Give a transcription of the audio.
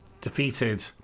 defeated